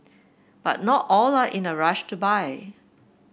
but not all are in a rush to buy